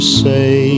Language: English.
say